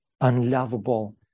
unlovable